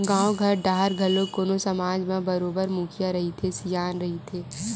गाँव घर डाहर घलो कोनो समाज म बरोबर मुखिया रहिथे, सियान रहिथे